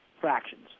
Fractions